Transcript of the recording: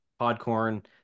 Podcorn